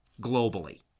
globally